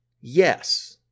yes